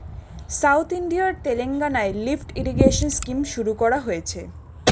south ইন্ডিয়ার তেলেঙ্গানায় lift irrigation scheme শুরু করা হয়েছে